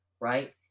right